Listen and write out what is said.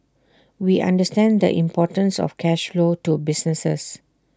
we understand the importance of cash flow to businesses